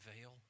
veil